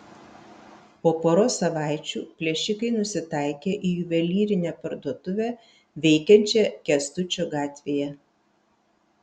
po poros savaičių plėšikai nusitaikė į juvelyrinę parduotuvę veikiančią kęstučio gatvėje